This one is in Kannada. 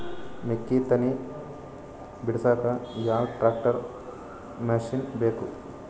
ಮೆಕ್ಕಿ ತನಿ ಬಿಡಸಕ್ ಯಾವ ಟ್ರ್ಯಾಕ್ಟರ್ ಮಶಿನ ಬೇಕು?